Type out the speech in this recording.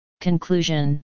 Conclusion